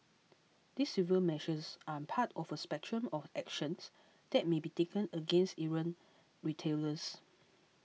these civil measures are part of a spectrum of actions that may be taken against errant retailers